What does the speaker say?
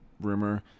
rumor